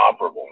operable